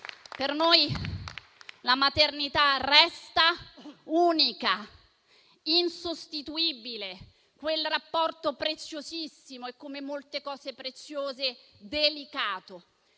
Per noi la maternità resta unica, insostituibile, quel rapporto preziosissimo e, come molte cose preziose, delicato.